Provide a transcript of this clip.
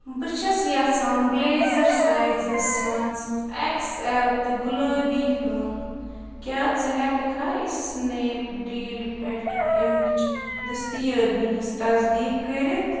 بہٕ چھیٚس یژھان بٕلیزَر سائزَس منٛز ایکٕس ایٚل تہٕ گلابی ہیٛون کیٛاہ ژٕ ہیٚکہٕ کھا اِسنیپ ڈیل پؠٹھ أمِچ دٔستیٲبی ہنٛز تصدیٖق کٔرتھ